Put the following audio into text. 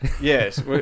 Yes